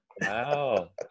Wow